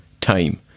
time